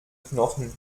knochen